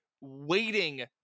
waiting